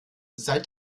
seit